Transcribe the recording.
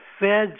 feds